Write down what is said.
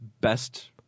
best –